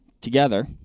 together